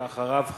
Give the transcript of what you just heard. ואחריו,